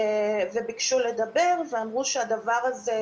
ביקשו לדבר ואמרו שהדבר הזה,